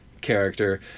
character